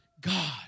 God